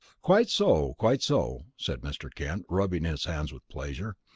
quite so, quite so! said mr. kent, rubbing his hands with pleasure.